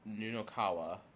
Nunokawa